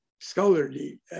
scholarly